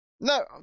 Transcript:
No